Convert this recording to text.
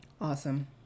Awesome